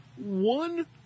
one